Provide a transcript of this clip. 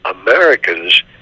Americans